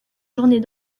journée